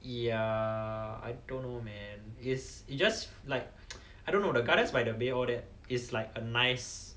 ya I don't know man it's it's just like I don't know the gardens by the bay all that is like a nice